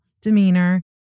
demeanor